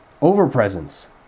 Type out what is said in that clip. overpresence